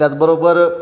त्याचबरोबर